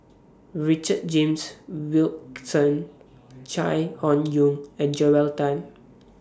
Richard James Wilkinson Chai Hon Yoong and Joel Tan